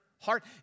heart